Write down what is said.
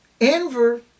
Enver